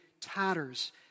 tatters